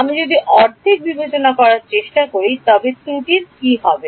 আমি যদি অর্ধেক বিবেচনার চেষ্টা করি তবে ত্রুটির কী হবে